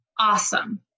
awesome